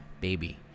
baby